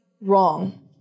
wrong